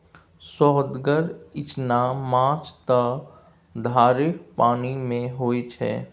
सोअदगर इचना माछ त धारेक पानिमे होए छै